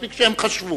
מספיק שהם חשבו.